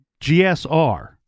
GSR